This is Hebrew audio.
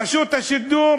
רשות השידור,